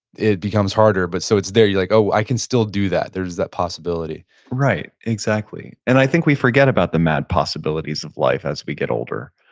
it becomes harder. but so, it's there. you're like, oh. i can still do that. there's that possibility right. exactly. and i think we forget about the mad possibilities of life as we get older,